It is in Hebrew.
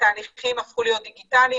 תהליכים הפכו להיות דיגיטליים,